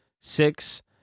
Six